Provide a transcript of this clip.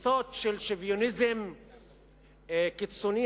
תפיסות של שוויוניזם קיצוני,